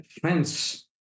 friends